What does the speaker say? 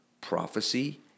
prophecy